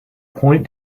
point